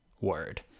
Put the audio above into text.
word